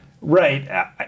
Right